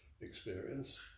experience